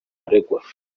aregwa